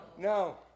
No